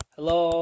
Hello